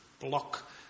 block